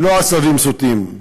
הם לא עשבים שוטים,